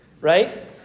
Right